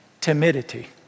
timidity